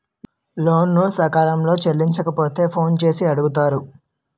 లోను సకాలంలో చెల్లించకపోతే ఫోన్ చేసి అడుగుతారు